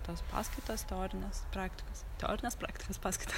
tos paskaitos teorinės praktikos teorinės praktikos paskaitos